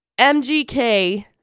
MGK